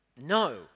No